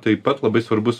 taip pat labai svarbus